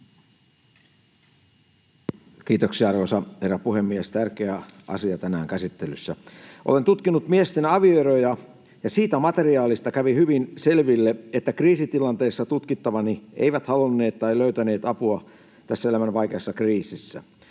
Kiitoksia, arvoisa herra puhemies! Tärkeä asia tänään käsittelyssä. Olen tutkinut miesten avioeroja, ja siitä materiaalista kävi hyvin selville, että kriisitilanteessa tutkittavani eivät halunneet tai löytäneet apua tässä elämän vaikeassa kriisissä.